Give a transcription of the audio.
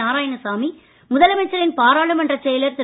நாராயணசாமி முதலமைச்சரின் பாராளுமன்றச் செயலர் திரு